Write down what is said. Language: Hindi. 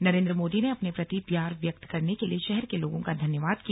नरेन्द्र मोदी ने अपने प्रति प्यार व्यक्त करने के लिए शहर के लोगों का धन्यवाद किया